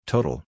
Total